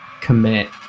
commit